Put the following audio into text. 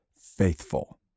faithful